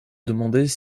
demandais